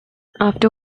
after